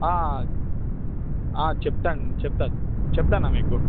చెప్తాను చెప్తాను చెప్తాను అన్న మీకు